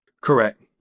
Correct